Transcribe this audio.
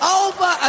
over